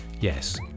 Yes